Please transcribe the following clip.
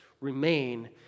remain